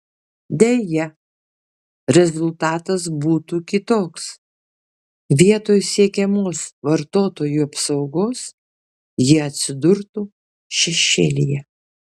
deja rezultatas būtų kitoks vietoj siekiamos vartotojų apsaugos jie atsidurtų šešėlyje